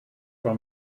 for